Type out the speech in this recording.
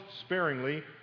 sparingly